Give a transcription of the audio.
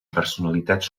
personalitats